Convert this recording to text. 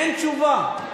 אין תשובה.